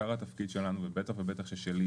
עיקר התפקיד שלנו ובטח ובטח ששלי